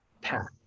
path